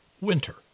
Winter